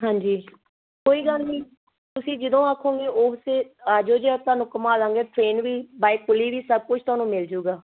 ਹਾਂਜੀ ਕੋਈ ਗੱਲ ਨਹੀਂ ਤੁਸੀਂ ਜਦੋਂ ਆਖੋਗੇ ਉਸੇ ਆ ਜਿਓ ਜੇ ਆਪਾਂ ਨੂੰ ਘੁੰਮਾ ਦੇਵਾਂਗੇ ਟਰੇਨ ਵੀ ਬਾਏ ਕੂਲੀ ਵੀ ਸਭ ਕੁਛ ਤੁਹਾਨੂੰ ਮਿਲ ਜੁਗਾ